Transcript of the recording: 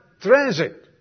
transit